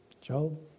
Job